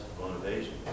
motivation